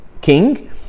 king